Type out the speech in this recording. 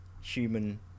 human